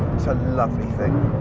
it's a lovely thing.